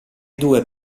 due